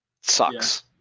sucks